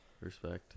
respect